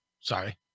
Sorry